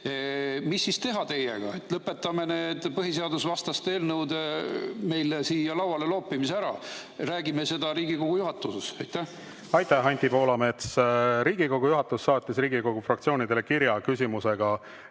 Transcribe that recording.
Mis siis teha teiega? Lõpetame need põhiseadusvastaste eelnõude meile siia lauale loopimise ära, räägime seda Riigikogu juhatuses. Aitäh, Anti Poolamets! Riigikogu juhatus saatis Riigikogu fraktsioonidele kirja küsimusega,